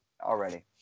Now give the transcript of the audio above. already